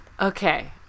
Okay